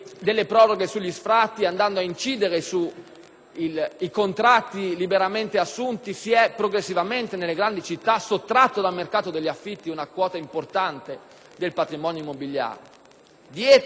contratti liberamente assunti, ha portato progressivamente nelle grandi città a sottrarre al mercato degli affitti una quota importante del patrimonio immobiliare. La politica delle proroghe, a fronte